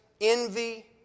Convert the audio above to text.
envy